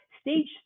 Stage